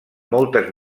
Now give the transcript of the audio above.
moltes